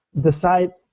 decide